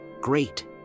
Great